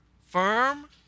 firm